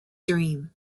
dream